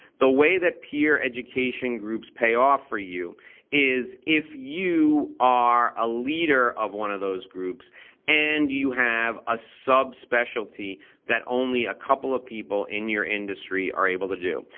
the way that peer education groups pay off for you is if you are a leader of one of those groups and you have a sub-specialty that only a couple of people in your industry are able to do.